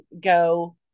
go